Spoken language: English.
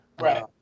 Right